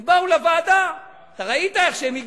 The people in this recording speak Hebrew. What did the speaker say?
הם באו לוועדה, אתה ראית איך שהם הגיעו,